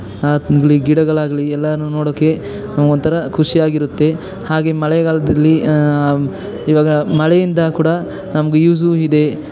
ಆಗಲಿ ಗಿಡಗಳಾಗ್ಲಿ ಎಲ್ಲನೂ ನೋಡೋಕ್ಕೆ ಒಂಥರ ಖುಷಿ ಆಗಿರುತ್ತೆ ಹಾಗೆ ಮಳೆಗಾಲದಲ್ಲಿ ಈವಾಗ ಮಳೆಯಿಂದ ಕೂಡ ನಮ್ಗೂ ಯೂಸು ಇದೆ